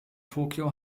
tokio